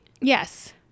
Yes